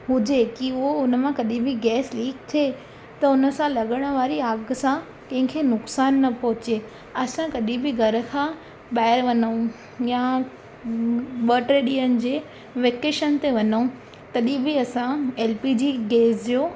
हुजे की उहो हुन मां कॾहिं बि गैस लिक थिए त हुन सां लॻण वारी आग सां कंहिंखे नुक़सानु न पहुचे असां कॾहिं बि घर खां ॿाहिरि वञूं या ॿ टे ॾींहंनि जे वैकेशन ते वञूं तॾहिं बि असां एल पी जी गैस जो